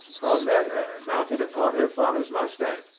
or met her mounted upon her father's mustang,